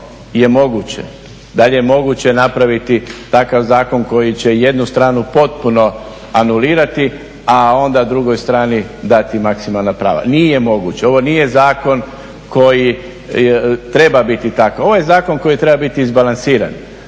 je moguće, da li je moguće napraviti takav zakon koji će jednu stranu potpuno anulirati a onda drugoj strani dati maksimalna prava. Nije moguće, ovo nije Zakon koji treba biti takav, ovo je Zakon koji treba biti izbalansiran,